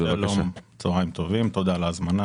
צהרים טובים, תודה על ההזמנה.